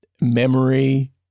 memory